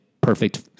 perfect